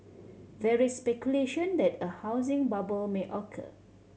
there is speculation that a housing bubble may occur